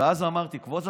ואז אמרתי: כבוד השופט,